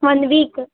ಒಂದು ವೀಕ